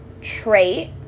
trait